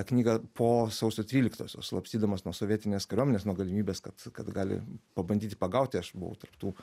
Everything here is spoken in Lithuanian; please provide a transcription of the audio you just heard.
knygą po sausio tryliktosios slapstydamas nuo sovietinės kariuomenės nuo galimybės kad kad gali pabandyti pagauti aš buvau tarp tų